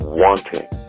wanting